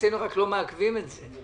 אצלנו רק לא מעכבים את זה.